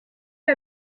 est